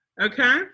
okay